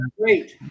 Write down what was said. great